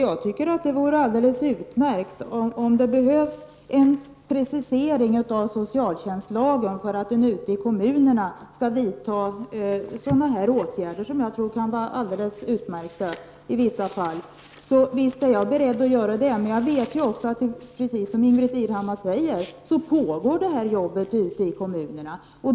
Herr talman! Om det behöver ske en precisering av socialtjänstlagen för att man ute i kommunerna skall vidta sådana åtgärder som jag tror kan vara alldeles utmärkta i vissa fall, är jag naturligtvis beredd att arbeta för att det görs. Men jag vet också, precis som Ingbritt Irhammar sade, att detta arbete pågår ute i kommunerna.